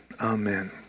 Amen